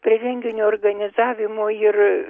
prie renginio organizavimo ir